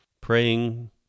praying